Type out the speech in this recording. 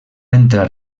entrar